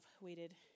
waited